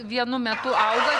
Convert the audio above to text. vienu metu auga